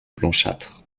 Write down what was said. blanchâtre